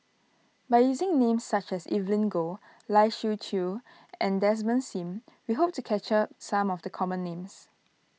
by using names such as Evelyn Goh Lai Siu Chiu and Desmond Sim we hope to capture some of the common names